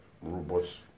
robots